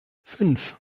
fünf